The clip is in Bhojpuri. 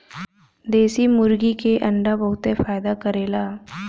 देशी मुर्गी के अंडा बहुते फायदा करेला